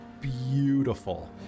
Beautiful